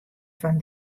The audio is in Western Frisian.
fan